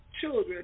children